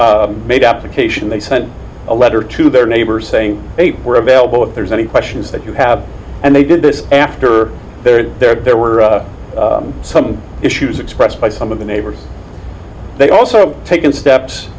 they made application they sent a letter to their neighbors saying they were available if there's any questions that you have and they did this after their there were some issues expressed by some of the neighbors they also taken steps